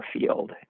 field